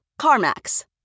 CarMax